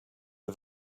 are